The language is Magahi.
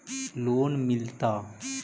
लोन मिलता?